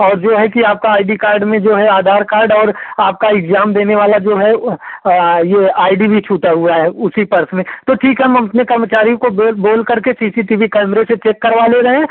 और जो है कि आपका आई डी कार्ड में जो है आधार कार्ड और आपका इग्जाम देने वाला जो है वो ये आई डी भी छूटा हुआ है उसी पर्स में तो ठीक है हम अपने कर्मचारी को बो बोल करके सी सी टी वी कैमरे से चेक करवा ले रहें